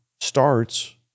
starts